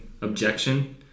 objection